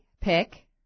pick